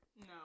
No